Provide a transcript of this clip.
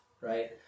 right